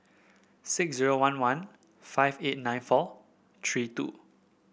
six zero one one five eight nine four three two